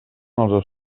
els